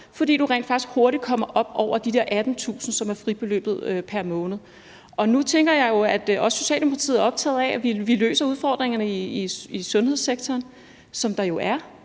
fordi du rent faktisk hurtigt kommer op over de der 18.000 kr., som er fribeløbet pr. måned. Nu tænker jeg, at Socialdemokratiet også er optaget af, at vi løser udfordringerne i sundhedssektoren, som der jo er.